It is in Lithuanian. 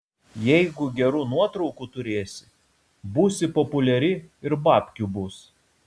jeigu gerų nuotraukų turėsi būsi populiari ir babkių bus